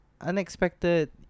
unexpected